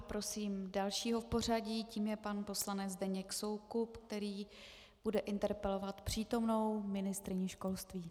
Prosím dalšího v pořadí, tím je pan poslanec Zdeněk Soukup, který bude interpelovat přítomnou ministryni školství.